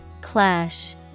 Clash